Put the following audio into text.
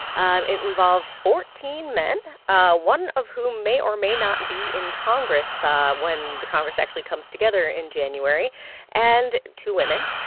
and it involved fourteen men ah one of whom may or may not be in congress ah when the congress actually comes together in january and two women.